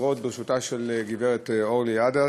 הבחירות בראשותה של הגברת אורלי עדס,